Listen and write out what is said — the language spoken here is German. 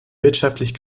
wirtschaftlich